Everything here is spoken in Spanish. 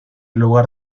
lugar